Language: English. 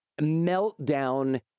meltdown